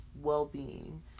well-being